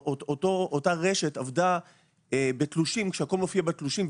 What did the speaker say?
אותה רשת עבדה בתלושים כשהכול מופיע בתלושים,